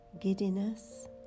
giddiness